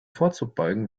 vorzubeugen